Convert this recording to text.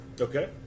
Okay